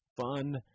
fun